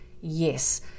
Yes